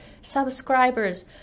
subscribers